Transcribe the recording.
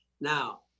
Now